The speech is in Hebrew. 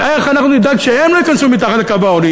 איך אנחנו נדאג שהם לא ייכנסו מתחת לקו העוני?